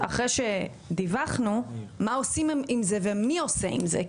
אחרי שדיווחנו, מה עושים עם זה ומי עושה עם זה?